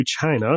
China